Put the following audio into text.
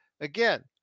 again